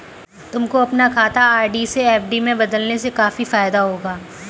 तुमको अपना खाता आर.डी से एफ.डी में बदलने से काफी फायदा होगा